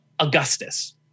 Augustus